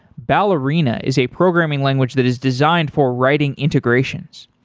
ballerina is a programming language that is designed for writing integrations.